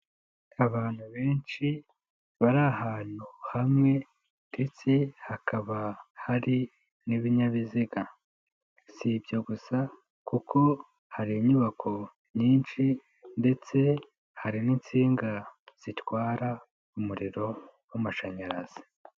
Abantu benshi bari ahantu hamwe ndetse hakaba hari n'ibinyabiziga. Si ibyo gusa kuko hari inyubako nyinshi ndetse hari n'insinga zitwara umuriro w'amashanyarazi.